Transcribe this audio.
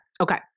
Okay